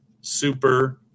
Super